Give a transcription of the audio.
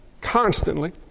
constantly